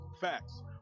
Facts